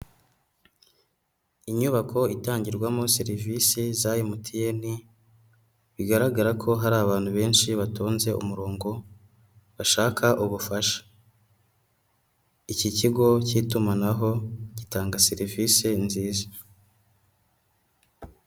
Inyubako itangirwamo serivisi za MTN, bigaragara ko hari abantu benshi batonze umurongo bashaka ubufasha, iki kigo cy'itumanaho gitanga serivis nziza.